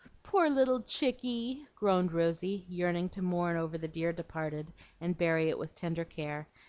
poor little chicky! groaned rosy, yearning to mourn over the dear departed and bury it with tender care.